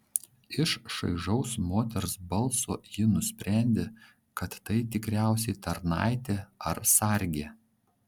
iš šaižaus moters balso ji nusprendė kad tai tikriausiai tarnaitė ar sargė